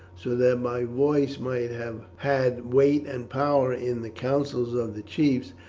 so that my voice might have had weight and power in the councils of the chiefs,